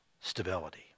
stability